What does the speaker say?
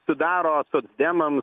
sudaro socdemams